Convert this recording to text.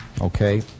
Okay